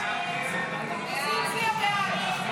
הסתייגות 26 לא נתקבלה.